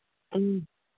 ꯎꯝ